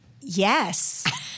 Yes